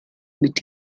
mit